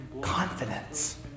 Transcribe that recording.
confidence